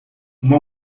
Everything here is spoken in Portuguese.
uma